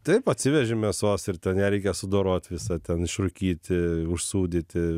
taip atsiveži mėsos ir ten ją reikia sudorot visą ten išrūkyti užsūdyti